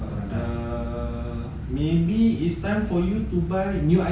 maybe it's time for you to buy new a ipad